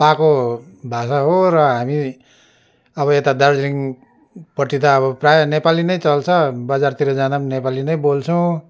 पाको भाषा हो र हामी अब यता दार्जिलिङपट्टि त अब प्रायः नेपाली नै चल्छ बजारतिर जाँदा पनि नेपाली नै बोल्छौँ